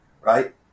right